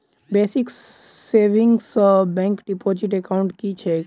Basic savings bank deposit account की छैक?